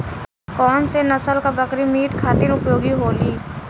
कौन से नसल क बकरी मीट खातिर उपयोग होली?